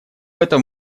этом